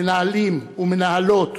מנהלים ומנהלות,